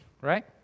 right